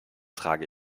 trage